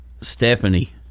Stephanie